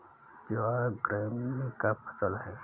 ज्वार gramineae का फसल है